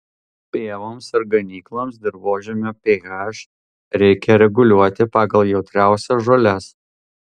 pievoms ir ganykloms dirvožemio ph reikia reguliuoti pagal jautriausias žoles